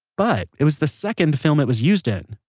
but it was the second film it was used in,